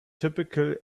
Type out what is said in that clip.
typical